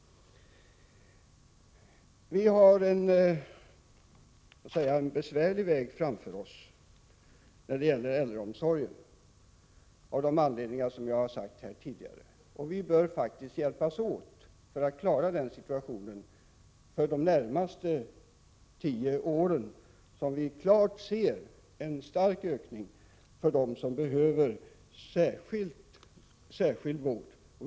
Vi har en besvärlig väg framför oss när det gäller äldreomsorgen, av de anledningar som jag har pekat på tidigare, och vi bör faktiskt hjälpas åt för att klara den situationen för de närmaste tio åren, då vi ju ser en stark ökning av dem som behöver särskild vård.